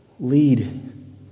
Lead